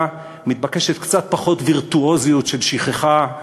מתבקשת קצת פחות וירטואוזיות של שכחה,